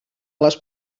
les